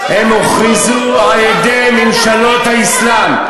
הם הוכרזו על-ידי ממשלות האסלאם,